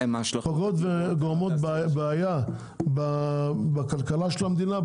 וההשלכות פוגעות וגורמות בעיה בכלכלה של המדינה,